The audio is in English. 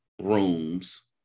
rooms